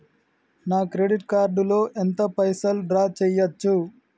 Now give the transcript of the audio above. నా credit card లో ఎంత పైసల్ డ్రా చేయచ్చు?